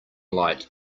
light